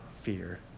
fear